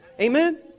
Amen